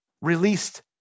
released